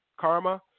Karma